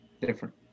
different